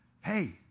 hey